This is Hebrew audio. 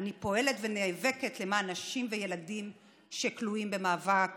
אני פועלת ונאבקת למען נשים וילדים שכלואים במאבק